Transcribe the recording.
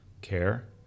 care